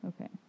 Okay